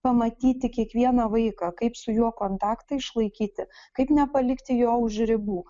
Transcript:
pamatyti kiekvieną vaiką kaip su juo kontaktą išlaikyti kaip nepalikti jo už ribų